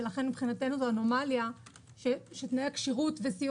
ולכן מבחינתנו זו אנומליה שתנאי הכשירות וסיום